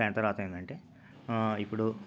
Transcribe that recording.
దాని తర్వాత ఏంటంటే ఇప్పుడు